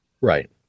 right